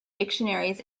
dictionaries